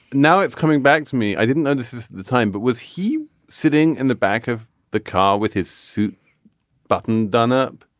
now it's coming back to me. i didn't know this is the time but was he sitting in the back of the car with his suit button done up.